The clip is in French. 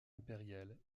impériale